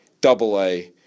double-A